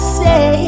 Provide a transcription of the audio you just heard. say